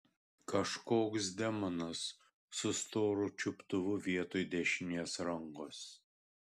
kažkoks demonas su storu čiuptuvu vietoj dešinės rankos